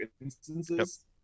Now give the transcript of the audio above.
instances